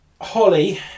Holly